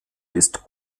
ist